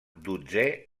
dotzè